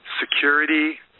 security